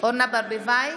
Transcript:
אורנה ברביבאי,